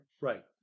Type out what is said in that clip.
Right